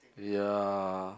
ya